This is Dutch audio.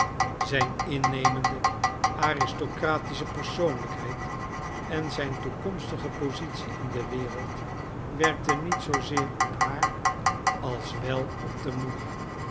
zijn innemende aristocratische persoonlijkheid en zijn toekomstige positie in de wereld werkten niet zoozeer op haar als wel op moeder